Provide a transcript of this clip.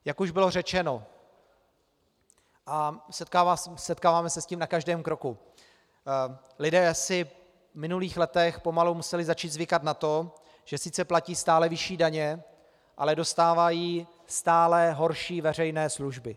Jak už bylo řečeno, a setkáváme se s tím na každém kroku, lidé si v minulých letech pomalu museli začít zvykat na to, že sice platí stále vyšší daně, ale dostávají stále horší veřejné služby.